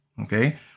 Okay